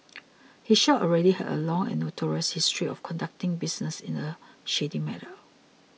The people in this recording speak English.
his shop already had a long and notorious history of conducting business in a shady manner